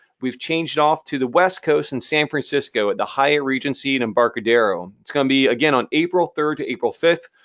we've changed it off to the west coast in san francisco at the hyatt regency in embarcadero. it's going to be, again, on april third to april fifth.